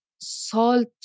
salt